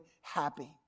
happy